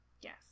Yes